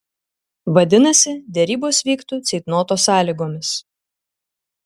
vadinasi derybos vyktų ceitnoto sąlygomis